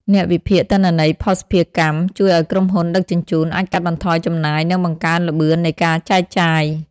អ្នកវិភាគទិន្នន័យភស្តុភារកម្ម ជួយឱ្យក្រុមហ៊ុនដឹកជញ្ជូនអាចកាត់បន្ថយចំណាយ និងបង្កើនល្បឿននៃការចែកចាយ។